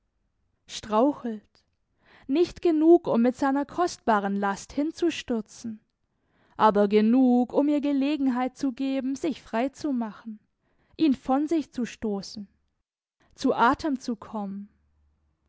strauchelt nicht genug um mit seiner kostbaren last hinzustürzen aber genug um ihr gelegenheit zu geben sich freizumachen ihn von sich zu stoßen zu atem zu kommen